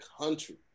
country